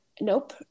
nope